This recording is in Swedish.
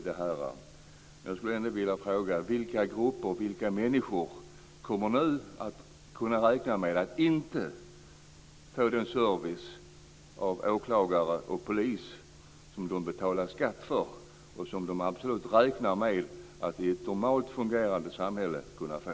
Men jag vill fråga vilka människor som nu kan räkna med att inte få den service av åklagare och polis som de betalar skatt för och som de absolut räknar med att i ett normalt fungerande samhälle kunna få.